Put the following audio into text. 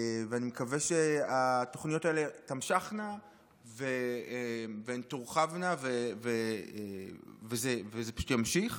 ואני מקווה שהתוכניות האלה תמשכנה והן תורחבנה וזה פשוט ימשיך.